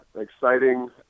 exciting